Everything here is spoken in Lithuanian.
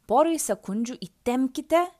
porai sekundžių įtempkite